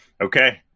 Okay